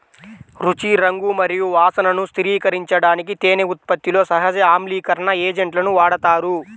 రుచి, రంగు మరియు వాసనను స్థిరీకరించడానికి తేనె ఉత్పత్తిలో సహజ ఆమ్లీకరణ ఏజెంట్లను వాడతారు